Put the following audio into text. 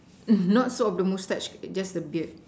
mm not so of the mustache just the beard